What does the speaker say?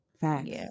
Facts